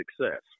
success